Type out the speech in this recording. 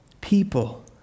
people